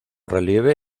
relieve